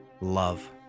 Love